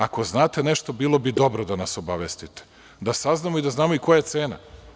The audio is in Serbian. Ako znate nešto bilo bi dobro da nas obavestite, da saznamo i da znamo koja je cena.